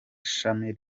shami